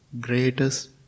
greatest